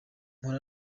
mpora